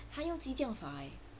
他用激降法呃